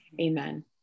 Amen